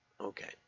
Okay